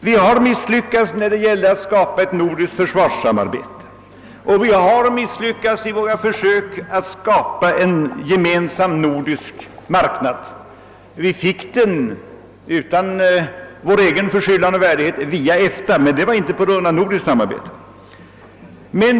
Vi har misslyckats med att få till stånd ett nordiskt försvarssamarbete och vi har också misslyckats i våra försök att skapa en gemensam nordisk marknad. Vi fick den utan vår egen förskyllan och värdighet via EFTA, men det var inte på grund av nordiskt samarbete.